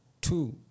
two